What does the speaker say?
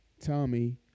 Tommy